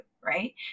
right